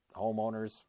homeowners